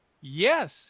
Yes